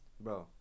Bro